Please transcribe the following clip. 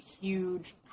huge